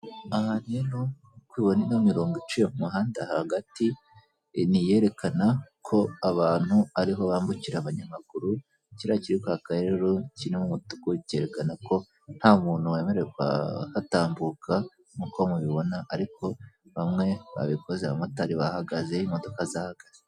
Aha rero nk'uko ubibona ino mirongo iciye mu muhanda hagati ni iyerekana ko abantu ariho bambukira abanyamaguru, kiriya kiri kwaka rero kirimo umutuku cyerekana ko nta muntu wemerewe kuhatambuka nk'uko mubibona ariko bamwe babikoze abamotari bahagaze, imodoka zahagaze.